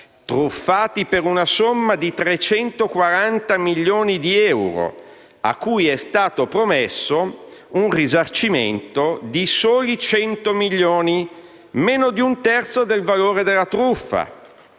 truffati per una somma di 340 milioni di euro, a cui è stato promesso un risarcimento di soli 100 milioni, meno di un terzo del valore della truffa,